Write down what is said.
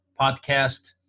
podcast